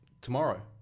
tomorrow